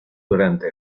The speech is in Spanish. durante